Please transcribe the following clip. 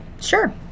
Sure